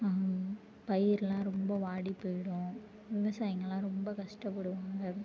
பயிர்லாம் ரொம்ப வாடி போய்விடும் விவசாயிங்கள்லாம் ரொம்ப கஷ்டப்படுவாங்க